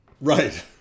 Right